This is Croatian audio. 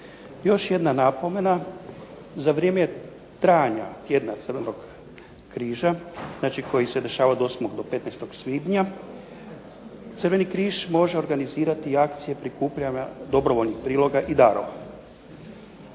Još jedna napomena. Za vrijeme trajanja tjedna Crvenog križa, znači koji se dešava od 8. do 15. svibnja Crveni križ može organizirati i akcije prikupljanja dobrovoljnih priloga i darova.